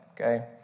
Okay